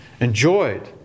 enjoyed